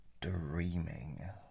dreaming